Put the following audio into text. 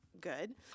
good